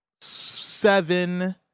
Seven